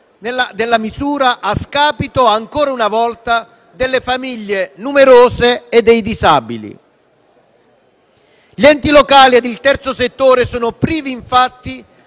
della misura, ancora una volta a scapito delle famiglie numerose e dei disabili. Gli enti locali e il terzo settore sono privati infatti